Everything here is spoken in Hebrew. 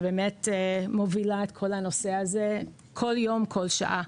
שבאמת מובילה את הנושא הזה כל יום וכל שעה.